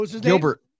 Gilbert